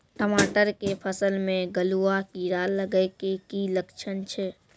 टमाटर के फसल मे गलुआ कीड़ा लगे के की लक्छण छै